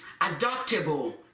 adoptable